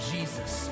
Jesus